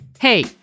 Hey